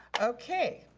okay,